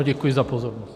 Děkuji za pozornost.